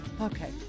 okay